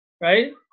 right